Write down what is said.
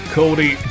Cody